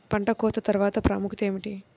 పంట కోత తర్వాత ప్రాముఖ్యత ఏమిటీ?